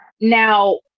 Now